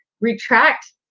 retract